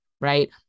right